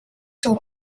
told